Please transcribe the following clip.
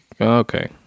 okay